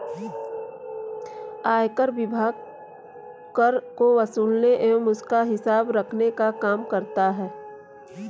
आयकर विभाग कर को वसूलने एवं उसका हिसाब रखने का काम करता है